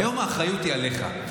היום האחריות היא עליך.